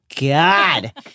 god